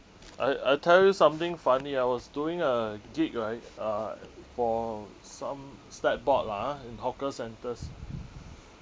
I I tell you something funny I was doing a gig right uh for some stat board lah ah in hawker centres